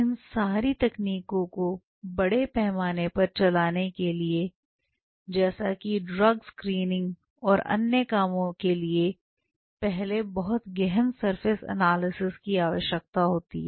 इन सारी तकनीकों को बड़े पैमाने पर चलाने के लिए जैसा कि ड्रग स्क्रीनिंग और अन्य कामों के लिए पहले बहुत गहन सरफेस एनालिसिस की आवश्यकता है